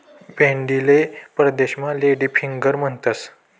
भेंडीले परदेसमा lady finger म्हणतंस